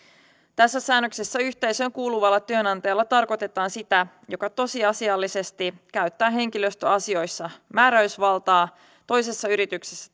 tässä säännöksessä yhteisöön kuuluvalla työnantajalla tarkoitetaan sitä joka tosiasiallisesti käyttää henkilöstöasioissa määräysvaltaa toisessa yrityksessä